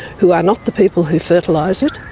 who are not the people who fertilise it,